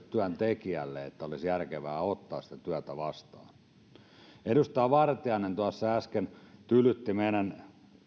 työntekijälle että olisi järkevää ottaa sitä työtä vastaan edustaja vartiainen tuossa äsken tylytti meidän